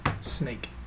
Snake